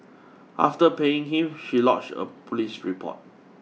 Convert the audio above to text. after paying him she lodged a police report